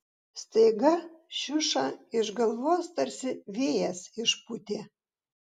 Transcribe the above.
staiga šiušą iš galvos tarsi vėjas išpūtė